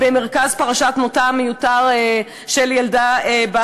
במרכז פרשת מותה המיותר של ילדה בת